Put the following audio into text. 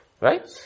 Right